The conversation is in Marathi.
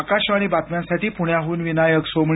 आकाशवाणी बातम्यांसाठी प्ण्याह्न विनायक सोमणी